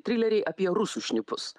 trileriai apie rusų šnipus